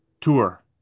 tour